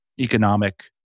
economic